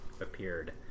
appeared